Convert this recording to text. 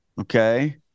Okay